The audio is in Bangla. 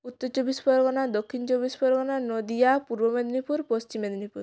উত্তর চব্বিশ পরগনা দক্ষিণ চব্বিশ পরগনা নদিয়া পূর্ব মেদিনীপুর পশ্চিম মেদিনীপুর